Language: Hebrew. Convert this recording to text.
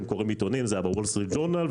אלא הן קוראות עיתונים - זה היה ב-וול סטריט ז'ורנל,